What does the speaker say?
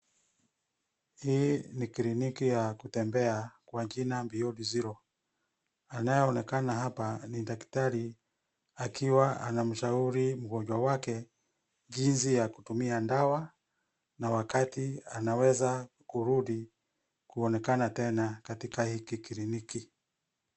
Hii ni kliniki ya kutembea kwa jina Beyond Zero. Anayeonekana hapa ni daktari akiwa anamshauri mgonjwa wake, jinsi ya kutumia dawa na wakati anaweza kurudi kuonekana tena katika hiki kliniki.